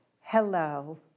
hello